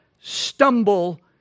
stumble